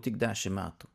tik dešimt metų